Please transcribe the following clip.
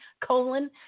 colon